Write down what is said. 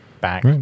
back